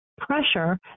pressure